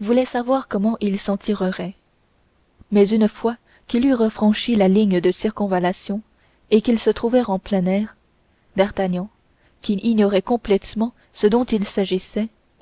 voulaient savoir comment ils s'en tireraient mais une fois qu'ils eurent franchi la ligne de circonvallation et qu'ils se trouvèrent en plein air d'artagnan qui ignorait complètement ce dont il s'agissait